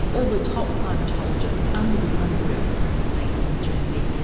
all the top primatologists under the one roof recently in germany.